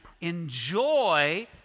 enjoy